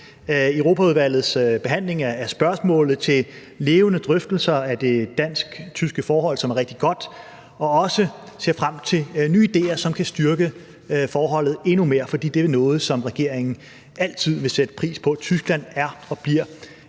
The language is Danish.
Europaudvalgets behandling af spørgsmålet og til levende drøftelser af det dansk-tyske forhold, som er rigtig godt. Vi ser også frem til nye idéer, som kan styrke forholdet endnu mere, for det er noget, som regeringen altid vil sætte pris på. Tyskland er og bliver